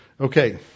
Okay